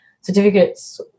certificates